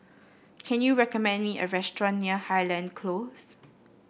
can you recommend me a restaurant near Highland Close